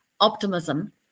optimism